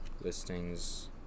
listings